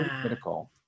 critical